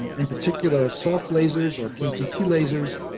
in particular soft lasers or ktp lasers